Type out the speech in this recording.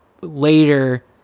later